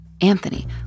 Anthony